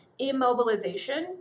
immobilization